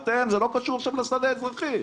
זה לא קשור עכשיו לשדה האזרחי.